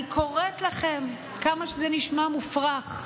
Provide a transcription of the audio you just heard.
אני קוראת לכם, כמה שזה נשמע מופרך,